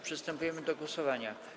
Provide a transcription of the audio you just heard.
Przystępujemy do głosowania.